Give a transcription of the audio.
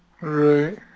Right